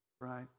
right